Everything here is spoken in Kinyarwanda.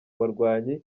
barwanyi